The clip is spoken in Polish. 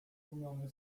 zdumiony